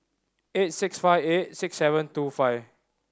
eight six five eight six seven two five